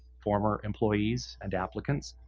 former employees and applicants,